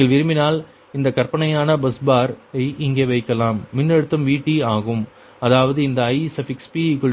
நீங்கள் விரும்பினால் இந்த கற்பனையான பஸ் பார் ஐ இங்கே வைக்கலாம் மின்னழுத்தம் Vt ஆகும் அதாவது அந்த IpypqVp